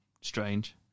strange